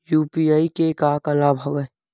UPI के का का लाभ हवय?